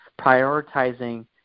prioritizing